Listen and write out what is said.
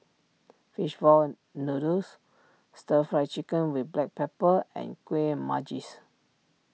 Fish Ball Noodles Stir Fry Chicken with Black Pepper and Kuih Manggis